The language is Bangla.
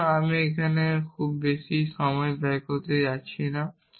সুতরাং আমি এখানে খুব বেশি সময় ব্যয় করতে যাচ্ছি না